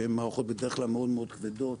שהן מערכות בדרך כלל מאוד מאוד כבדות